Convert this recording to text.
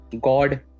god